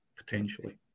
potentially